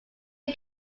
two